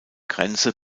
grenze